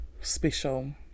special